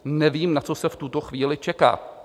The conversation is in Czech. Nevím, na co se v tuto chvíli čeká.